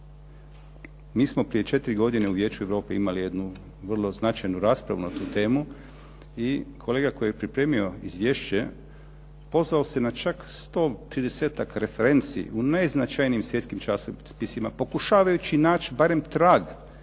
Mi smo prije 4 godine u Vijeću Europe imali jednu vrlo značajnu raspravu na tu temu i kolega koji je pripremio izvješće pozvao se na čak 130-ak referenci u najznačajnijim svjetskim časopisima pokušavajući naći barem trag